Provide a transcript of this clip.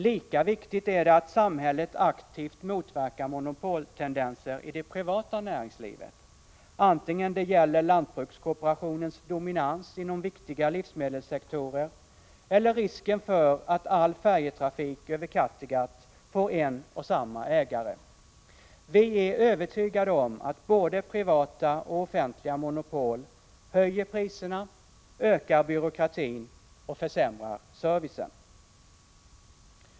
Lika viktigt är det att samhället aktivt motverkar monopoltendenser i det privata näringslivet, vare sig det gäller lantbrukskooperationens dominans inom viktiga livsmedelssektorer eller risken för att all färjetrafik över Kattegatt får en och samma ägare. Vi är övertygade om att både privata och offentliga monopol höjer priserna, ökar byråkratin och försämrar servicen.